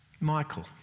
Michael